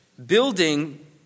Building